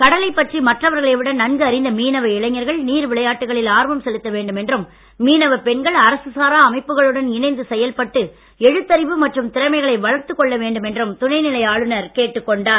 கடலைப் பற்றி மற்றவர்களை விட நன்கு அறிந்த மீனவ இளைஞர்கள் நீர் விளையாட்டுகளில் ஆர்வம் செலுத்த வேண்டும் என்றும் மீனவப் பெண்கள் அரசு சாரா அமைப்புகளுடன் இணைந்து செயல்பட்டு எழுத்தறிவு மற்றும் திறமைகளை வளர்த்துக் கொள்ள வேண்டும் என்றும் துணை நிலை ஆளுநர் கேட்டுக் கொண்டார்